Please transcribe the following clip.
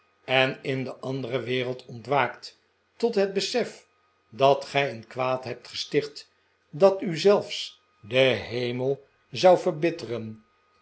en in de andere wereld ontwaakt tot het besef dat gij een kwaad hebt gesticht dat u zelfs den hemel zou verbitteren